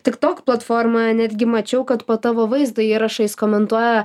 tik tok platformoje netgi mačiau kad po tavo vaizdo įrašais komentuoja